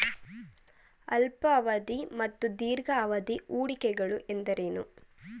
ಅಲ್ಪಾವಧಿ ಮತ್ತು ದೀರ್ಘಾವಧಿ ಹೂಡಿಕೆಗಳು ಎಂದರೇನು?